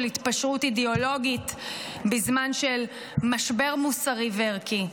התפשרות אידיאולוגית בזמן של משבר מוסרי וערכי.